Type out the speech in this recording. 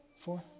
Four